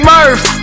Murph